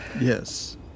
Yes